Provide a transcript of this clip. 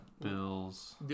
Bills